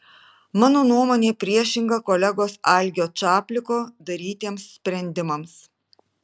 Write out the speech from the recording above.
mano nuomonė priešinga kolegos algio čapliko darytiems sprendimams